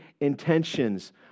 intentions